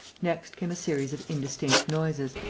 next came a series of indistinct noises,